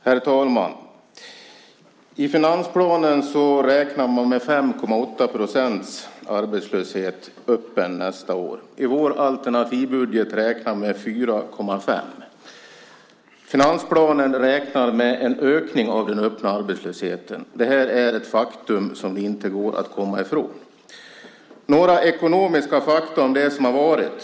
Herr talman! I finansplanen räknar man med 5,8 % öppen arbetslöshet nästa år. I vår alternativbudget räknar vi med 4,5 %. Finansplanen räknar med en ökning av den öppna arbetslösheten. Det är ett faktum som inte går att komma ifrån. Låt mig ge några ekonomiska fakta om det som har varit.